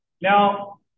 Now